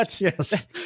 yes